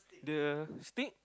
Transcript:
the steak